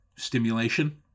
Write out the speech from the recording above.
stimulation